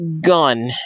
Gun